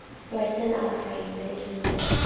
for a sin offering for the kingdom,